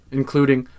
including